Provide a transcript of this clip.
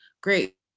great